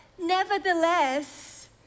nevertheless